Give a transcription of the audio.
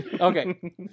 Okay